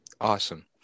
Awesome